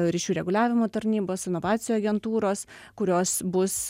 ryšių reguliavimo tarnybos inovacijų agentūros kurios bus